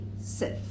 self